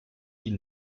die